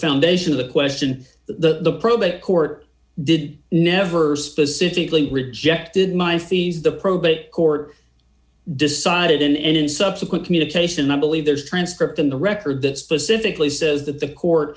foundation of the question the probate court did never specifically rejected my fees the probate court decided and in subsequent communication i believe there's a transcript in the record that specifically says that the court